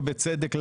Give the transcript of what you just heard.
ובצדק,